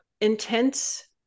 intense